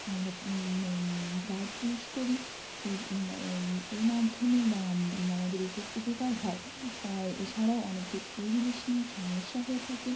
আমরা pad use করি এই এই এর মাধ্যমে আমাদের উপকার হয় এছাড়াও অনেকে এই জিনিস নিয়ে সমস্যা হয়ে থাকে